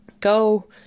go